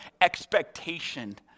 expectation